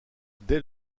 dès